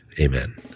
amen